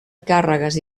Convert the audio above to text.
càrregues